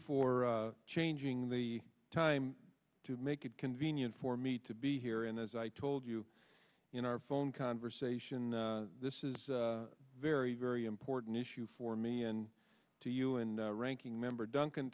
for changing the time to make it convenient for me to be here and as i told you in our phone conversation this is a very very important issue for me and to you and ranking member dun